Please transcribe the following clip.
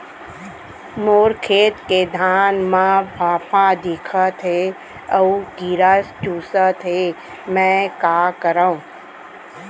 मोर खेत के धान मा फ़ांफां दिखत हे अऊ कीरा चुसत हे मैं का करंव?